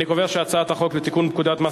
אני קובע שהצעת החוק לתיקון פקודת מס